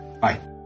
Bye